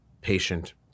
patient